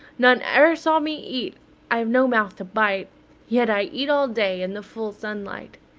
none e'er saw me eat i've no mouth to bite yet i eat all day in the full sunlight.